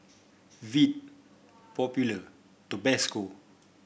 Veet Popular Tabasco